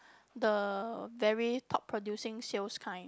the very top producing sales kind